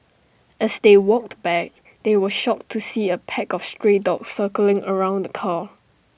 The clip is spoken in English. as they walked back they were shocked to see A pack of stray dogs circling around car